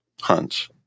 hunts